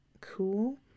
Cool